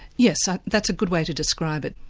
yes, so that's a good way to describe it.